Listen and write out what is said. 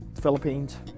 Philippines